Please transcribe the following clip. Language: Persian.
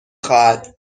خواهد